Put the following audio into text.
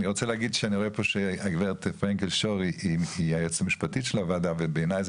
אני רואה שהגברת פרנקל שור היא היועצת המשפטית של הוועדה ובעיניי זה